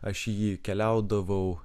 aš į jį keliaudavau